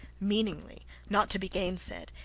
meaningly, not to be gainsaid,